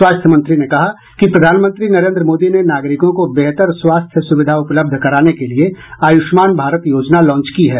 स्वास्थ्य मंत्री ने कहा कि प्रधानमंत्री नरेंद्र मोदी ने नागरिकों को बेहतर स्वास्थ्य सुविधा उपलब्ध कराने के लिए आयूष्मान भारत योजना लॉन्च की है